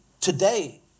today